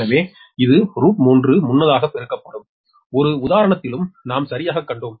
எனவே இது √𝟑 முன்னதாக பெருக்கப்படும் ஒரு உதாரணத்திலும் நாம் சரியாகக் கண்டோம்